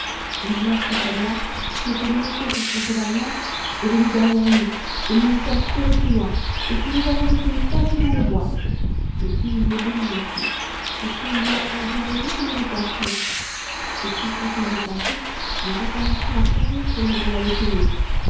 et alors cet homme-là qui était monté sur son cheval noir est venu derrière nous et nous nous sommes sauvés plus loin et puis nous avons été nous cacher dans le bois et puis il y est venu aussi et quand nous l'entendions venir nous nous cachions et puis quand il avait passé nous recommencions à courir pour nous en aller chez nous